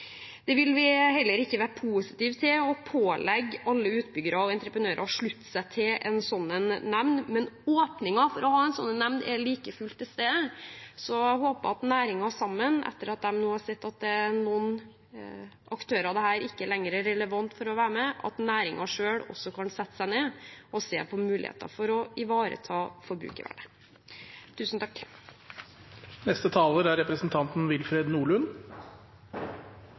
vil heller ikke være positiv til å pålegge alle utbyggere og entreprenører å slutte seg til en slik nemnd. Men åpningen for å ha en slik nemnd er like fullt til stede, så jeg håper at næringen, etter at de nå har sett at det er noen aktører dette ikke lenger er relevant for, sammen kan sette seg ned og se på muligheter for å ivareta forbrukervernet. For de aller fleste er